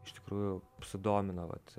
iš tikrųjų sudomino vat